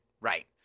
right